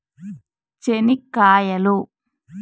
చెనిక్కాయలు